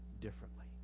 differently